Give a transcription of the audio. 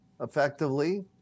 effectively